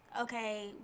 okay